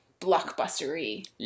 blockbustery